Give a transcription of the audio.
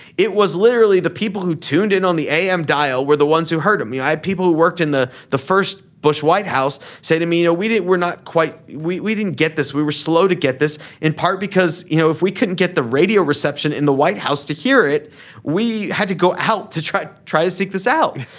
it was literally the people who tuned in on the am dial were the ones who heard them. i had people who worked in the the first bush white house say to me you know we didn't we're not quite. we we didn't get this we were slow to get this in part because you know if we couldn't get the radio reception in the white house to hear it we had to go out to try to try to seek this out.